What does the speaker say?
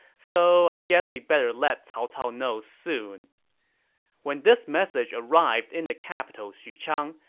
so i guess we better let cao cao know soon when this message arrived in the capital xuchang,